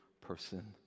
person